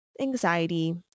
anxiety